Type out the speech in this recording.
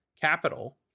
capital